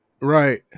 right